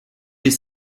les